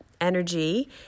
energy